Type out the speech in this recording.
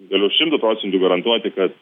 galiu šimtu procentu garantuoti kad